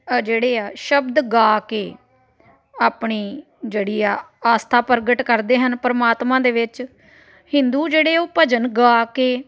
ਆ ਜਿਹੜੇ ਆ ਸ਼ਬਦ ਗਾ ਕੇ ਆਪਣੀ ਜਿਹੜੀ ਆ ਆਸਥਾ ਪ੍ਰਗਟ ਕਰਦੇ ਹਨ ਪਰਮਾਤਮਾ ਦੇ ਵਿੱਚ ਹਿੰਦੂ ਜਿਹੜੇ ਉਹ ਭਜਨ ਗਾ ਕੇ